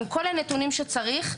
עם כל הנתונים שצריך,